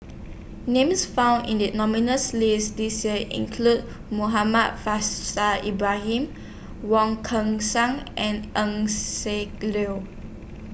Names found in The nominees' list This Year include Muhammad Faishal Ibrahim Wong Kan Seng and Eng Siak Liu